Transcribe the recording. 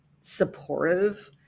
supportive